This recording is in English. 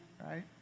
right